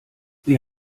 sie